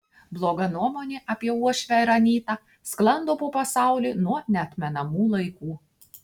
bloga nuomonė apie uošvę ar anytą sklando po pasaulį nuo neatmenamų laikų